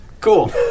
Cool